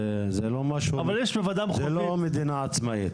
זו לא מדינה עצמאית.